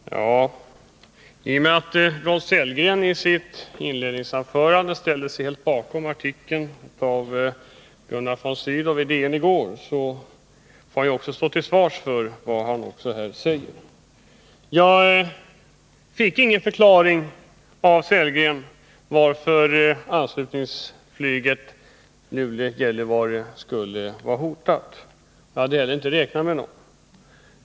Fru talman! I och med att Rolf Sellgren i sitt inledningsanförande ställde sig helt bakom artikeln av Gunnar von Sydow i DN i går får han också stå till svars för vad han här säger. Jag fick ingen förklaring av Rolf Sellgren på varför anslutningsflyget Luleå-Gällivare skulle vara hotat. Jag hade heller inte räknat med någon.